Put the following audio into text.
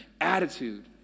attitude